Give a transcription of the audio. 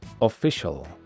official